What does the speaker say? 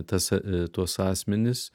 tas tuos asmenis